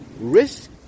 Risk